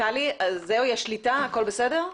טלי, יש שליטה והכול בסדר?